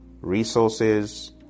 Resources